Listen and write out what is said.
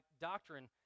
doctrine